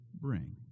bring